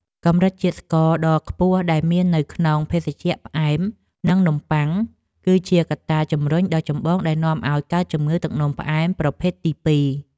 កម្រិតជាតិស្ករដ៏ខ្ពស់ដែលមាននៅក្នុងភេសជ្ជៈផ្អែម និងនំបុ័ង គឺជាកត្តាជម្រុញដ៏ចម្បងដែលនាំឲ្យកើតជំងឺទឹកនោមផ្អែមប្រភេទទីពីរ។